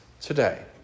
today